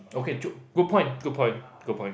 okay good point good point good point